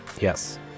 Yes